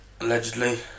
Allegedly